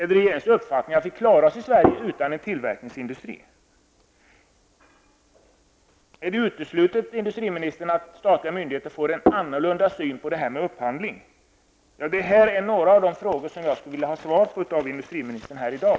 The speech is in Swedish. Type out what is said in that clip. Är det regeringens uppfattning att vi klarar oss utan en tillverkningsindustri i Sverige? Är det, industriministern, uteslutet att statliga myndigheter får en annorlunda syn på upphandling? Detta är några av de frågor som jag skulle vilja ha svar på av industriministern i dag.